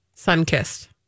Sun-kissed